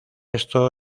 esto